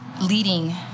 leading